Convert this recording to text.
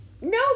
No